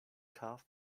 carved